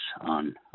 on